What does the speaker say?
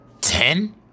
Ten